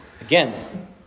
Again